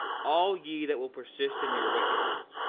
all ye that will persist in your wickedness,